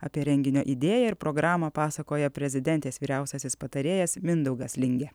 apie renginio idėją ir programą pasakoja prezidentės vyriausiasis patarėjas mindaugas lingė